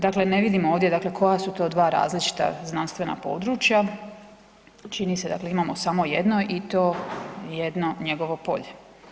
Dakle, ne vidimo ovdje dakle koja su to dva različita znanstvena područja, čini se dakle da imamo samo jedno i to jedno, njegovo polje.